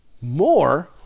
More